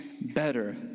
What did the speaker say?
better